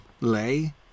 lay